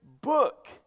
book